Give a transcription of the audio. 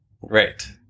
Right